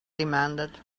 demanded